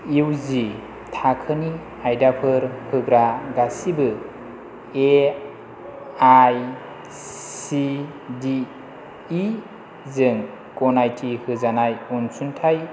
इउजि थाखोनि आयदाफोर होग्रा गासैबो एआइसिटिइ जों गनायथि होजानाय अनसुंथाय